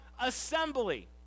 assembly